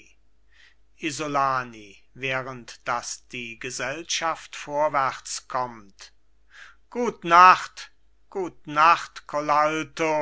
isolani während daß die gesellschaft vorwärts kommt gut nacht gut nacht